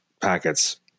packets